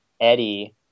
Eddie